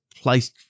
placed